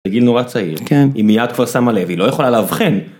בגיל נורא צעיר, היא מיד כבר שמה לב לא יכולה להבחן.